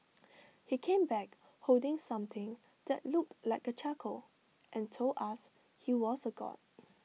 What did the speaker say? he came back holding something that looked like A charcoal and told us he was A God